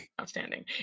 Outstanding